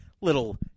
little